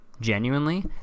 genuinely